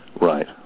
Right